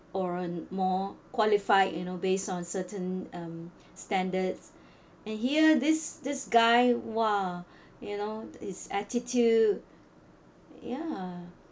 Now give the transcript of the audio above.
or more qualified you know based on certain um standards and here this this guy !wah! you know his attitude ya